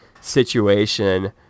situation